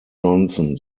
johnson